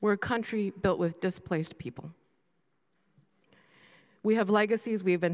we're country built with displaced people we have legacies we have been